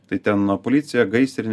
tai ten policija gaisrinė